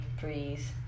Breeze